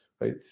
right